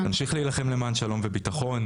נמשיך להילחם למען שלום וביטחון,